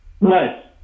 Nice